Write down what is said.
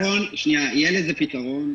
יהיה לזה פתרון.